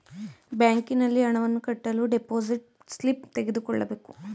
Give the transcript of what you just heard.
ಬ್ಯಾಂಕಿನಲ್ಲಿ ಹಣವನ್ನು ಕಟ್ಟಲು ಡೆಪೋಸಿಟ್ ಸ್ಲಿಪ್ ತೆಗೆದುಕೊಳ್ಳಬೇಕು